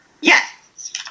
Yes